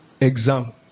exam